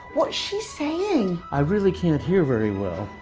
what's she saying? i really can't hear very well.